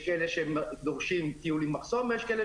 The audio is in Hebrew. יש כאלה שדורשים טיול עם מחסום ויש כאלה